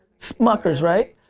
smuckers right.